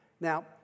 Now